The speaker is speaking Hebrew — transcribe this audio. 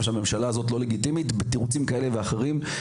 את הממשלה הזאת ללא לגיטימית בתירוצים כאלה ואחרים.